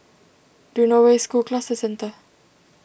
do you know where is School Cluster Centre